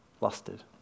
lusted